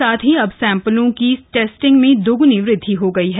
साथ ही अब सैम्पलों की टेस्टिंग में दोग़नी वृदधि हो गयी है